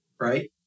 right